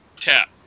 tap